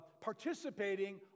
participating